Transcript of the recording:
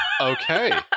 Okay